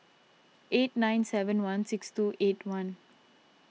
eight nine seven one six two eight one